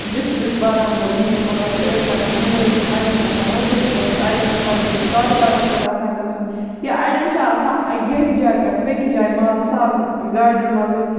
district بارہمولہٕکۍ مطلب کہِ أڑۍ چھِ آسان مُلٲزِم اَڑٮ۪ن چھُ آسان مٔزوٗرۍ گَژھُن اَڑٮ۪ن چھُ پَنٛنہِ کُنہِ کاروبارَس پٮ۪ٹھ آسان گَژھُن یا اَڑٮ۪ن چھُ آسان ییٚمہِ جایہِ پٮ۪ٹھ بیٚکِس جایہِ مال سارُن گاڑٮ۪ن منٛزٕے